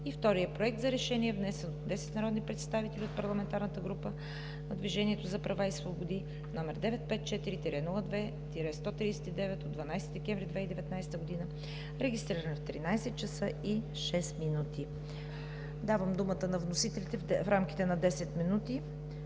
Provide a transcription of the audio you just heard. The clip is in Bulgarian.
ч. 2. Проект за решение, внесен от 10 народни представители от парламентарната група на „Движението за права и свободи“, № 954 02 139, от 12 декември 2019 г., регистриран в 13,06 ч. Давам думата на вносителите в рамките на 10 минути